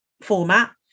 format